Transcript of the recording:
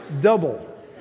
Double